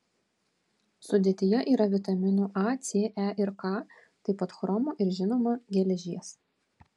sudėtyje yra vitaminų a c e ir k taip pat chromo ir žinoma geležies